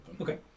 Okay